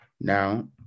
Now